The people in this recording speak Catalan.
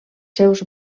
seus